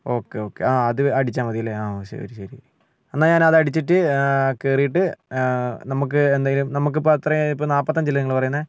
okay okay ആ അത് അടിച്ചാൽ മതി അല്ലേ ആ ശരി ശരി എന്നാൽ ഞാൻ അത് അടിച്ചിട്ട് കയറിയിട്ട് നമുക്ക് എന്തെങ്കിലും നമുക്കിപ്പോൾ അത്രയും ഇപ്പം നാല്പത്തഞ്ചല്ലെ നിങ്ങൾ പറയുന്നത്